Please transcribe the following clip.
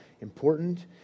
important